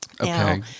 Okay